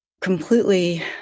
completely